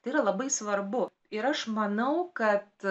tai yra labai svarbu ir aš manau kad